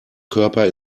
körper